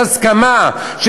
הזמן נגמר.